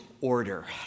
order